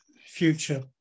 future